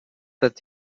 that